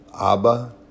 Abba